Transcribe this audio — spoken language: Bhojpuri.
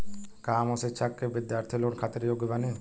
का हम उच्च शिक्षा के बिद्यार्थी लोन खातिर योग्य बानी?